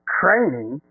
training